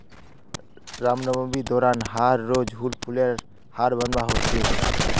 रामनवामी दौरान हर रोज़ आर हुल फूल लेयर हर बनवार होच छे